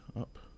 up